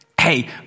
hey